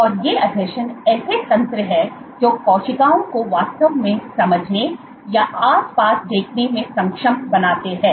और ये आसंजन ऐसे तंत्र हैं जो कोशिकाओं को वास्तव में समझने या आसपास देखने में सक्षम बनाते हैं